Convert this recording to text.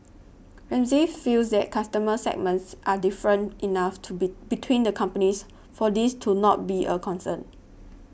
Ramsay feels that customer segments are different enough to be between the companies for this to not be a concern